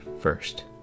first